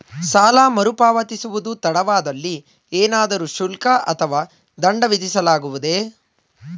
ಸಾಲ ಮರುಪಾವತಿಸುವುದು ತಡವಾದಲ್ಲಿ ಏನಾದರೂ ಶುಲ್ಕ ಅಥವಾ ದಂಡ ವಿಧಿಸಲಾಗುವುದೇ?